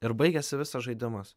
ir baigėsi visas žaidimas